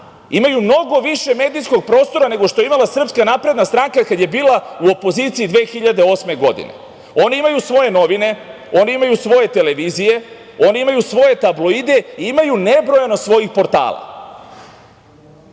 imaju mnogo više medijskog prostora nego što je imala SNS kada je bila u opoziciji 2008. godine. Oni imaju svoje novine, oni imaju svoje televizije, oni imaju svoje tabloide i imaju nebrojeno svojih portala. Hoću